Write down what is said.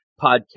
podcast